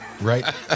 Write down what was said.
Right